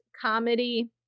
comedy